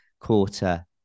quarter